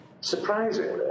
Surprisingly